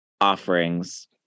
Offerings